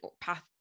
path